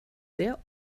sehr